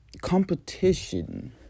competition